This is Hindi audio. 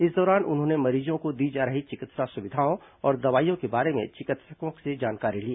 इस दौरान उन्होंने मरीजों को दी जा रही चिकित्सा सुविधाओं और दवाइयों के बारे में चिकित्सकों से जानकारी ली